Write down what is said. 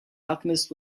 alchemist